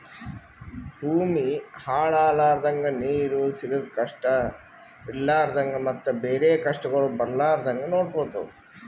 ಭೂಮಿ ಹಾಳ ಆಲರ್ದಂಗ, ನೀರು ಸಿಗದ್ ಕಷ್ಟ ಇರಲಾರದಂಗ ಮತ್ತ ಬೇರೆ ಕಷ್ಟಗೊಳ್ ಬರ್ಲಾರ್ದಂಗ್ ನೊಡ್ಕೊಳದ್